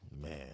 Man